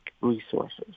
resources